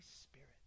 Spirit